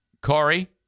Corey